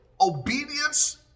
obedience